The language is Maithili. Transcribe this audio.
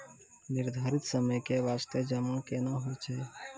निर्धारित समय के बास्ते जमा केना होय छै?